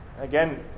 Again